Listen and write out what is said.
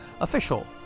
official